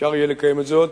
שאפשר יהיה לקיים זאת,